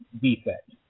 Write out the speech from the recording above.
defect